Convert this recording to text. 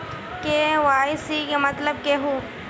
KYC के मतलब केहू?